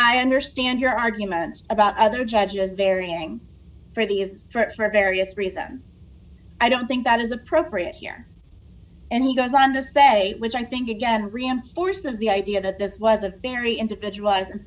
i understand your arguments about other judges varying freebies for various reasons i don't think that is appropriate here and he goes on to say which i think again reinforces the idea that this was a very individualized